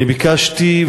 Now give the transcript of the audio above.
אני ביקשתי,